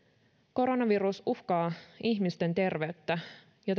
koronavirus uhkaa ihmisten terveyttä ja